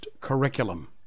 curriculum